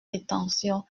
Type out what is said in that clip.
prétentions